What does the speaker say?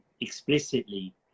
explicitly